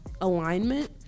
alignment